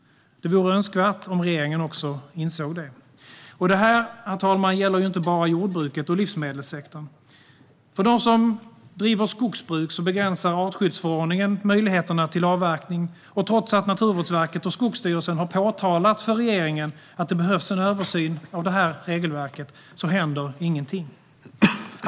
Det vore önskvärt om regeringen också insåg det. Men, herr talman, detta gäller ju inte bara jordbruket och livsmedelssektorn. För dem som bedriver skogsbruk begränsar artskyddsförordningen möjligheterna till avverkning, men trots att Naturvårdsverket och Skogsstyrelsen har påtalat för regeringen att det behövs en översyn av regelverket händer ingenting.